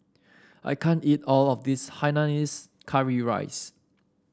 I can't eat all of this Hainanese Curry Rice